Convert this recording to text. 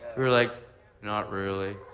you're like not really.